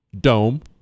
Dome